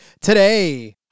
today